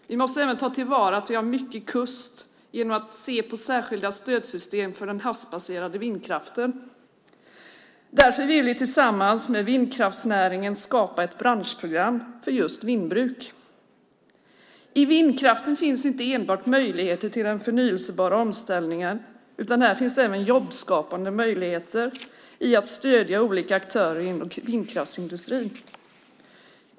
Vi måste även ta till vara att vi har mycket kust genom att se på särskilda stödsystem för den havsbaserade vindkraften. Därför vill vi tillsammans med vindkraftsnäringen skapa ett branschprogram för just vindbruk. I vindkraften finns inte enbart möjligheter till den förnybara omställningen, utan där finns även jobbskapande möjligheter i att stödja olika aktörer inom vindkraftsindustrin.